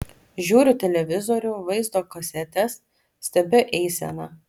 žiūriu televizorių vaizdo kasetes stebiu eiseną